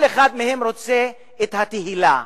כל אחד מהם רוצה את התהילה.